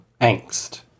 Angst